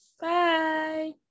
bye